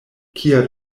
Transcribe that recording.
kia